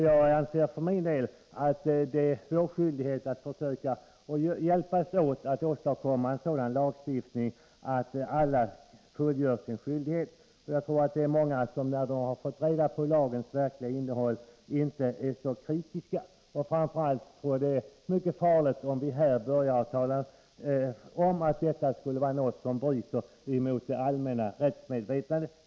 Jag anser för min del att vi är skyldiga att försöka hjälpas åt med att åstadkomma en sådan lagstiftning att alla fullgör sin skyldighet. Jag tror att det är många som när de har fått reda på lagens verkliga innehåll inte är så kritiska. Framför allt är det mycket farligt om vi här börjar tala om att detta skulle vara något som bryter mot det allmänna rättsmedvetandet.